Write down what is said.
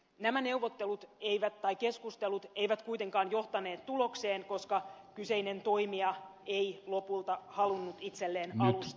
nämä keskustelut eivät kuitenkaan johtaneet tulokseen koska kyseinen toimija ei lopulta halunnut itselleen alusta tilata